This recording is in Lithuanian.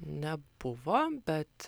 nebuvo bet